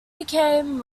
became